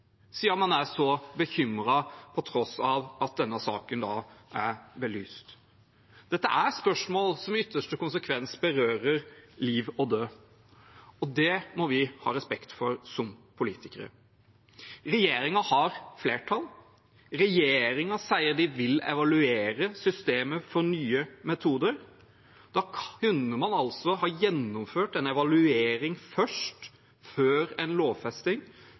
man er så bekymret, på tross av at denne saken er belyst? Dette er spørsmål som i ytterste konsekvens berører liv og død, og det må vi ha respekt for som politikere. Regjeringen har flertall. Regjeringen sier de vil evaluere systemet for nye metoder. Da kunne man altså ha gjennomført en evaluering først, før en lovfesting,